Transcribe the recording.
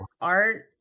Art